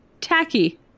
Tacky